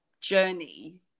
journey